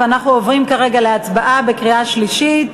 ואנחנו עוברים כרגע להצבעה בקריאה שלישית.